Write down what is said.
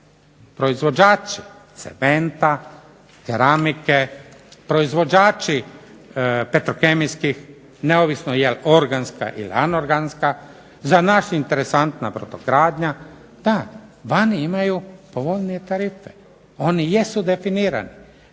proizvođači cementa, keramike, porizvođači petrokemijskih, neovisno je li organska ili neorganska, za nas interesantna brodogradnja, da vani imaju povoljnije tarife, one jesu definirane,